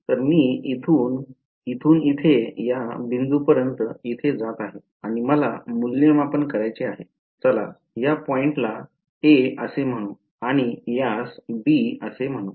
तर मी येथून येथून येथे या बिंदूपर्यंत येथे जात आहे आणि मला मूल्यमापन करायचे आहे चला या पॉईंटला a असे म्हणू आणि यास b म्हणू